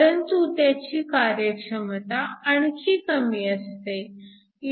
परंतु त्यांची कार्यक्षमता आणखी कमी असते